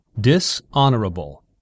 Dishonorable